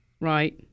Right